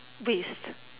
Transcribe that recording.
waste